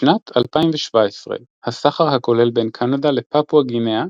בשנת 2017 הסחר הכולל בין קנדה לפפואה גינאה